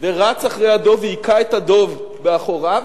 ורץ אחרי הדוב והכה את הדוב באחוריו,